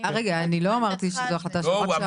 רגע, אני לא אמרתי שזו החלטה שלך.